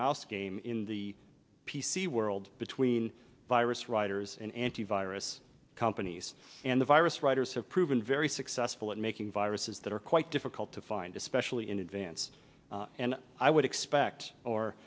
mouse game in the p c world between virus writers and antivirus companies and the virus writers have proven very successful at making viruses that are quite difficult to find especially in advance and i would expect